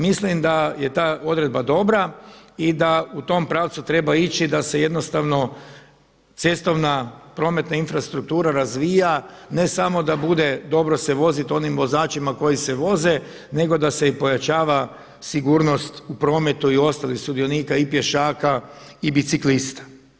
Mislim da je ta odredba dobra i da u tom pravcu treba ići da se jednostavno cestovna, prometna infrastruktura razvija ne samo da bude dobro se voziti onim vozačima koji se voze nego da se i pojačava sigurnost u prometu i ostalih sudionika i pješaka i biciklista.